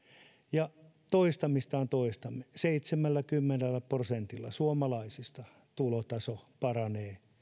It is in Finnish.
ja toistamistaan toistamme seitsemälläkymmenellä prosentilla suomalaisista tulotaso paranee